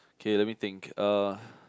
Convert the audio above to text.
okay let me think uh